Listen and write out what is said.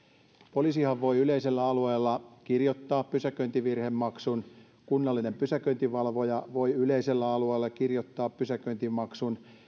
poliisihan voi yleisellä alueella kirjoittaa pysäköintivirhemaksun kunnallinen pysäköintivalvoja voi yleisellä alueella kirjoittaa pysäköintimaksun